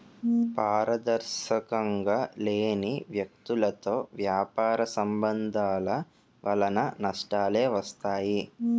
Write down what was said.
పారదర్శకంగా లేని వ్యక్తులతో వ్యాపార సంబంధాల వలన నష్టాలే వస్తాయి